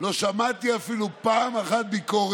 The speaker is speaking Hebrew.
אשמה במחדל